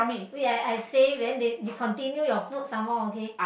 wait I I say then they you continue your food some more okay